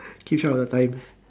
keep track of the time